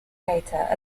later